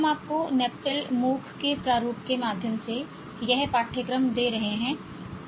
हम आपको NPTEL MOOC के प्रारूप के माध्यम से यह पाठ्यक्रम दे रहे हैं